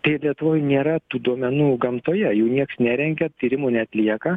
tai lietuvoj nėra tų duomenų gamtoje jų nieas nerengia tyrimų neatlieka